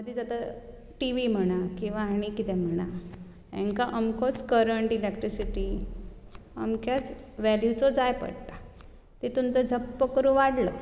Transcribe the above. मदींच आतां टिवी म्हणा किंवा आनी कितें म्हणा हांकां अमकोच करंट इलॅक्ट्रीसिटी अमक्याच वॅल्यूचो जाय पडटा तितूंत तो झप्प करून वाडलो